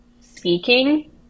speaking